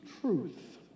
truth